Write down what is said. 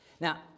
Now